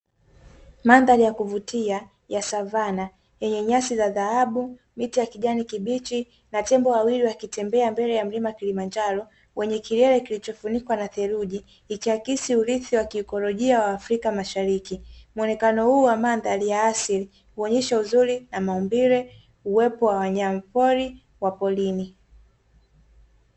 Mandhari ya kuvutia ya savana yenye nyasi za dhahabu, miti ya kijani kibichi na tembo wawili wakitembea mbele ya mlima Kilimanjaro wenye kilele kilichofunikwa na theluji, ikiakisi urithi wa kiekolojia wa Afrika mashariki. Muonekano huu wa mandhari ya asili huonyesha uzuri na maumbile, uwepo wa wanyamapori wa porini.